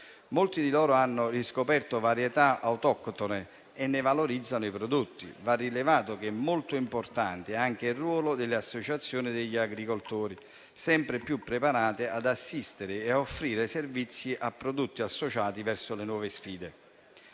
Molti di loro hanno riscoperto varietà autoctone e ne valorizzano i prodotti. Va rilevato che è molto importante anche il ruolo delle associazioni degli agricoltori, sempre più preparate ad assistere e a offrire servizi ai produttori associati verso le nuove sfide.